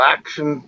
Action